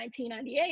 1998